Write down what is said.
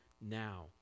now